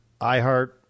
iHeart